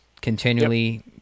continually—